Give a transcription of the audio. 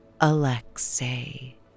Alexei